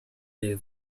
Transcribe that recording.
les